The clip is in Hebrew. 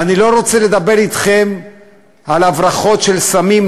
ואני לא רוצה לדבר אתכם על הברחות של סמים,